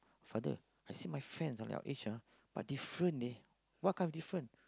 father I see my friends ah like your age ah but different leh what kind of different